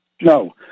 No